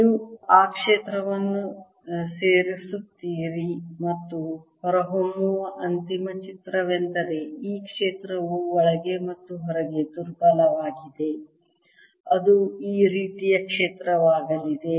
ನೀವು ಆ ಕ್ಷೇತ್ರವನ್ನು ಸೇರಿಸುತ್ತೀರಿ ಮತ್ತು ಹೊರಹೊಮ್ಮುವ ಅಂತಿಮ ಚಿತ್ರವೆಂದರೆ ಈ ಕ್ಷೇತ್ರವು ಒಳಗೆ ಮತ್ತು ಹೊರಗೆ ದುರ್ಬಲವಾಗಿದೆ ಅದು ಈ ರೀತಿಯ ಕ್ಷೇತ್ರವಾಗಲಿದೆ